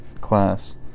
class